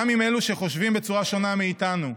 גם עם אלו שחושבים בצורה שונה מאיתנו.